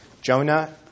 Jonah